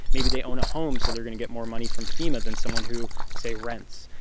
maybe they own a home, so they're going to get more money from fema than someone who, say, rents.